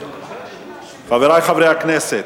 חברי חברי הכנסת,